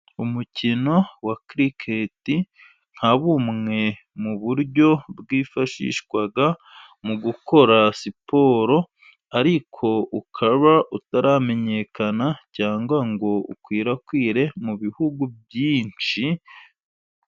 Umukino wa kiriketi nka bumwe mu buryo bwifashishwa mu gukora siporo, ariko ukaba utaramenyekana, cyangwa ngo ukwirakwire mu bihugu byinshi.